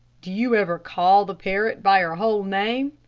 do you ever call the parrot by her whole name?